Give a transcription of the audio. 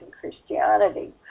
Christianity